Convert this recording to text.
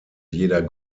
jeder